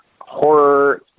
horror